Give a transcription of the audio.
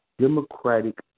democratic